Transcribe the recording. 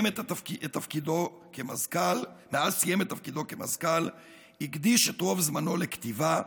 את תפקידו כמזכ"ל הקדיש את רוב זמנו לכתיבה,